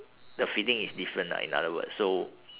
the fitting is different lah in other words so